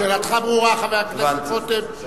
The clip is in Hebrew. שאלתך ברורה, חבר הכנסת רותם.